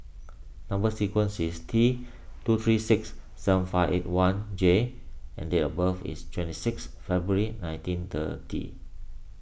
Number Sequence is T two three six seven five eight one J and date of birth is twenty six February nineteen thirty